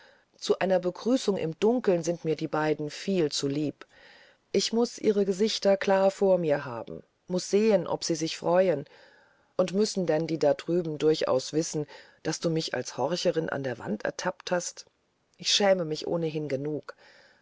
zu einer begrüßung im dunkeln sind mir die beiden viel zu lieb ich muß ihre gesichter klar vor mir haben muß sehen ob sie sich auch freuen und müssen denn die da drüben durchaus wissen daß du mich als horcherin an der wand ertappt hast ich schäme mich ohnehin genug